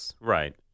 right